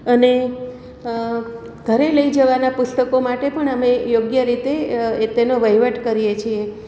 અને ઘરે લઈ જવાના પુસ્તકો માટે પણ અમે યોગ્ય રીતે એ તેનો વહીવટ કરીએ છીએ